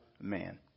man